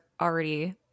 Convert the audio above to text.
already